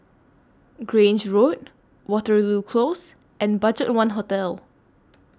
Grange Road Waterloo Close and BudgetOne Hotel